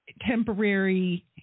temporary